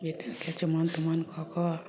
बेटाके चुमाओन तुमाओन कए कऽ